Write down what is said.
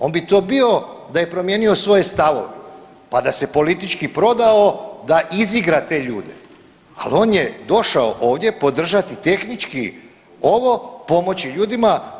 On bi to bio da je promijenio svoje stavove, pa da se politički prodao da izigra te ljude, ali on je došao ovdje podržati tehnički ovo, pomoći ljudima.